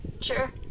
Sure